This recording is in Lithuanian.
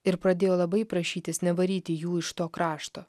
ir pradėjo labai prašytis nevaryti jų iš to krašto